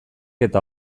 eta